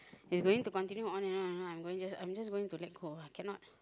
they going to continue on and on and on I'm going just I'm just going to let go cannot